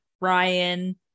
Ryan